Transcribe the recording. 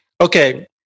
Okay